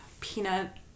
peanut